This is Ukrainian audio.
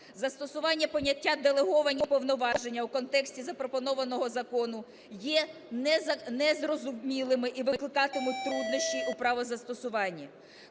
Застосування поняття "делеговані повноваження" у контексті запропонованого закону є незрозумілим і викликатиме труднощі у правозастосуванні.